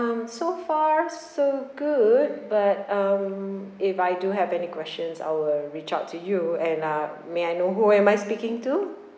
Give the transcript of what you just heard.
so far so good but um if I do have any questions I'll reach out to you and uh may I know who am I speaking to